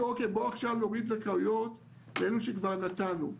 להוריד עכשיו זכאויות לאלה שכבר נתנו,